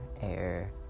air